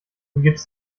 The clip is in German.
begibst